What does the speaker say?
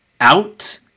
out